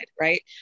right